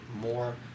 more